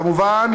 כמובן,